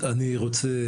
אני רוצה,